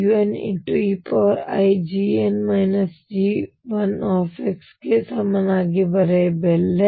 ನಾನು ಇದನ್ನುeikG2xnuneix ಎಂದು ಬರೆಯಬಹುದು